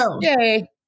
Yay